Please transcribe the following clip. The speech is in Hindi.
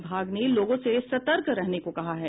विभाग ने लोगों से सतर्क रहने को कहा है